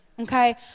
okay